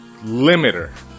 limiter